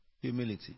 humility